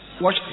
Watch